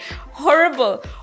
horrible